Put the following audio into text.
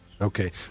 Okay